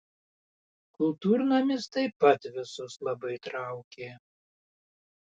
kultūrnamis taip pat visus labai traukė